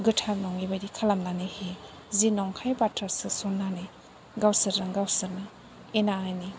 गोथार नङै बायदि खालामनानै होयो जि नंखाय बाथ्रा सोसननानै गावसोरजों गावसोरनो एना एनि